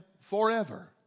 forever